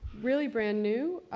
really brand new,